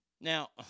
Now